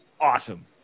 awesome